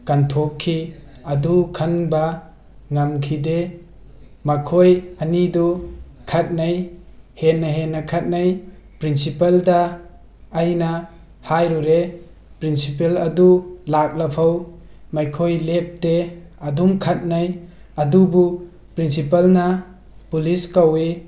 ꯀꯟꯊꯣꯛꯈꯤ ꯑꯗꯨ ꯈꯟꯕ ꯉꯝꯈꯤꯗꯦ ꯃꯈꯣꯏ ꯑꯅꯤꯗꯨ ꯈꯠꯅꯩ ꯍꯦꯟꯅ ꯍꯦꯟꯅ ꯈꯠꯅꯩ ꯄ꯭ꯔꯤꯟꯁꯤꯄꯜꯗ ꯑꯩꯅ ꯍꯥꯏꯔꯨꯔꯦ ꯄ꯭ꯔꯤꯟꯁꯤꯄꯜ ꯑꯗꯨ ꯂꯥꯛꯂꯐꯥꯎ ꯃꯈꯣꯏ ꯂꯦꯞꯇꯦ ꯑꯗꯨꯝ ꯈꯠꯅꯩ ꯑꯗꯨꯕꯨ ꯄ꯭ꯔꯤꯟꯁꯤꯄꯜꯅ ꯄꯨꯂꯤꯁ ꯀꯧꯋꯤ